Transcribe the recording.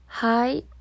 Hi